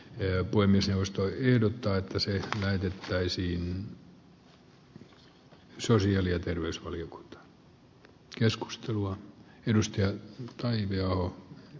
työ voi myös jaosto ehdottaa että jotka eivät tajua aikaa jota eletään joutavat konkurssiin mennäkin